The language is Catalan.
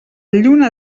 lluna